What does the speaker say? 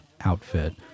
outfit